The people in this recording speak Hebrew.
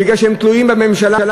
בגלל שהם תלויים בממשלה.